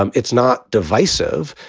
um it's not divisive.